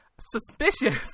suspicious